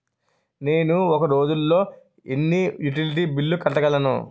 నేను ఒక రోజుల్లో ఎన్ని యుటిలిటీ బిల్లు కట్టగలను?